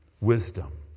Wisdom